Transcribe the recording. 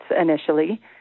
initially